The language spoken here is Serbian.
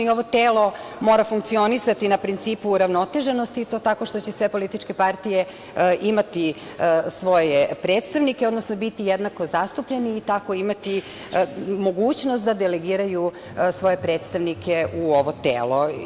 Ovo telo mora funkcionisati na principu uravnoteženosti i to tako što će sve političke partije imati svoje predstavnike, odnosno biti jednako zastupljeni i tako imati mogućnost da delegiraju svoje predstavnike u ovo telo.